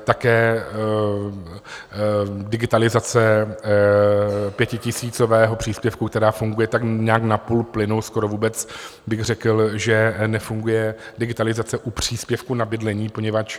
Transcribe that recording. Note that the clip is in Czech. Také digitalizace pětitisícového příspěvku, která funguje tak nějak na půl plynu, skoro vůbec bych řekl, že nefunguje digitalizace u příspěvku na bydlení, poněvadž...